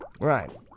Right